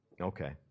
okay